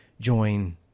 join